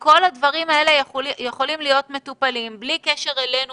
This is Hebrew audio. כל הדברים האלה יכולים להיות מטופלים ללא קשר אלינו